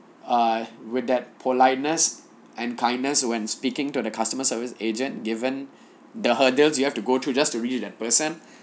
ah with that politeness and kindness when speaking to the customer service agent given the hurdles you have to go through just to reach that person